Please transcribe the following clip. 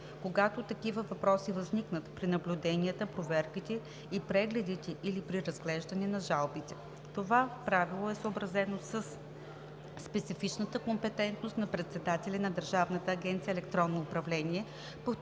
когато такива въпроси възникнат при наблюденията, проверките и прегледите или при разглеждането на жалбите. Това правило е съобразено със специфичната компетентност на председателя на Държавна агенция „Електронно управление“